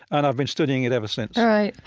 and i've been studying it ever since right.